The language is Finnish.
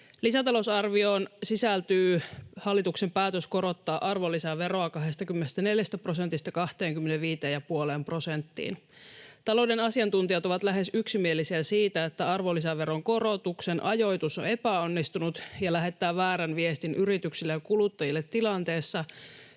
Lisätalousarvioon sisältyy hallituksen päätös korottaa arvonlisäveroa 24 prosentista 25 ja puoleen prosenttiin. Talouden asiantuntijat ovat lähes yksimielisiä siitä, että arvonlisäveron korotuksen ajoitus on epäonnistunut ja lähettää väärän viestin yrityksille ja kuluttajille tilanteessa,